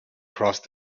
crossed